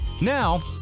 Now